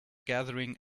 gathering